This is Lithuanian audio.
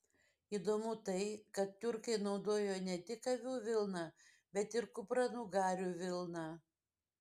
įdomu tai kad tiurkai naudojo ne tik avių vilną bet ir kupranugarių vilną